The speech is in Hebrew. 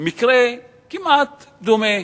מקרה כמעט דומה,